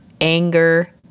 anger